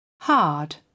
hard